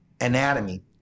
anatomy